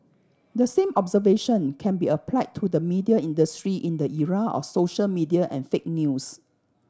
the same observation can be applied to the media industry in the era of social media and fake news